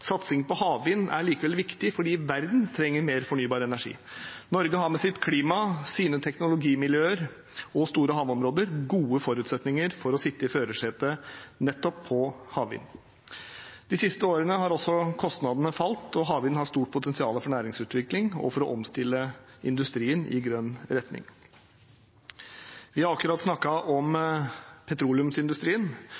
Satsing på havvind er likevel viktig, for verden trenger mer fornybar energi. Norge har med sitt klima, sine teknologimiljøer og store havområder gode forutsetninger for å sitte i førersetet nettopp når det gjelder havvind. De siste årene har også kostnadene falt, og havvind har et stort potensial for næringsutvikling og for å omstille industrien i grønn retning. Vi har akkurat snakket om